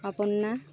Aparna